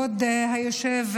התשפ"ג 2023,